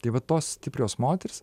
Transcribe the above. tai vat tos stiprios moters